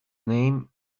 name